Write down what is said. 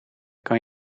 kan